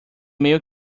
meio